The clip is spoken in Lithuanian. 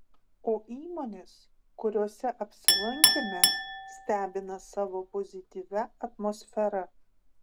o įmonės kuriose apsilankėme stebina savo pozityvia atmosfera